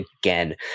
again